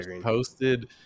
posted